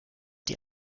die